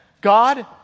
God